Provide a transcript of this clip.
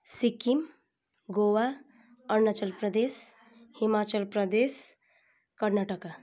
Sikkim Goa Arunachal Pradesh Himachal Pradesh Karnataka